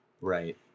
Right